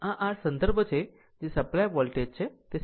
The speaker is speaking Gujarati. આ r સંદર્ભ છે કે જે સપ્લાય વોલ્ટેજ છે તે 70